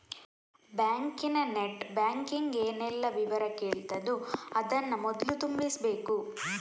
ಬ್ಯಾಂಕಿನ net banking ಏನೆಲ್ಲ ವಿವರ ಕೇಳ್ತದೋ ಅದನ್ನ ಮೊದ್ಲು ತುಂಬಿಸ್ಬೇಕು